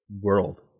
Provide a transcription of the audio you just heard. world